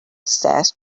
stays